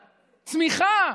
צמיחה.